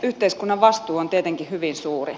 yhteiskunnan vastuu on tietenkin hyvin suuri